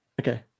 Okay